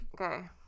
Okay